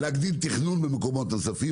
להגדיל תכנון במקומות נוספים.